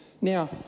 Now